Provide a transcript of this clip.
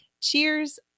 cheers